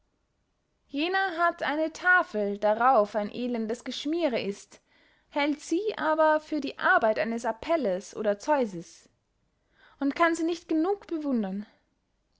jener hat eine tafel darauf ein elendes geschmire ist hält sie aber für die arbeit eines apelles oder zeuxis und kann sie nicht genug bewundern